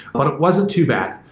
but it wasn't too bad.